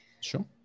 sure